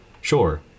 sure